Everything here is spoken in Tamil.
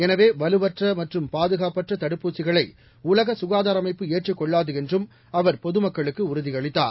எனவே வலுவற்ற மற்றும் பாதுகாப்பற்ற தடுப்பூசிகளை உலக சுகாதார அமைப்பு ஏற்றுக் கொள்ளாது என்றும் அவர் பொதுமக்களுக்கு உறுதியளித்தார்